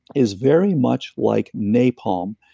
is very much like napalm.